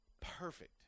Perfect